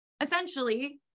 essentially